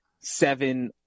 Seven